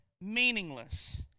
meaningless